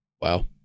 Wow